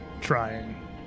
trying